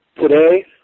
today